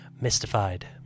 mystified